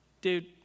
Dude